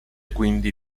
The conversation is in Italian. quindi